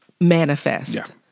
manifest